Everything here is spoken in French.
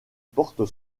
porte